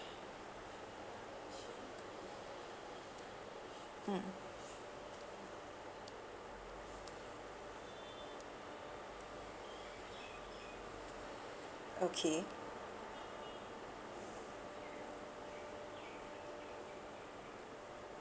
mm okay